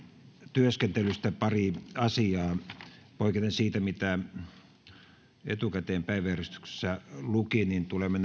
työskentelystä pari asiaa poiketen siitä mitä etukäteen päiväjärjestyksessä luki tulemme